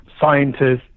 scientists